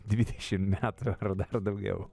dvidešimt metų ar dar daugiau